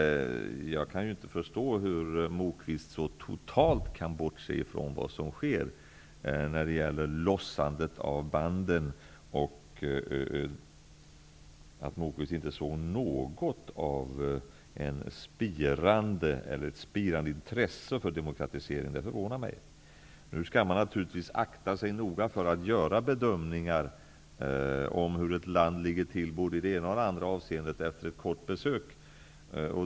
Jag kan inte förstå hur Lars Moquist så totalt kan bortse från vad som sker när det gäller lossandet av banden och att Lars Moquist inte såg något av ett spirande intresse för demokratisering. Det förvånar mig. Nu skall man naturligtvis akta sig noga för att göra bedömningar om hur ett land ligger till i både det ena och det andra avseendet efter ett kort besök.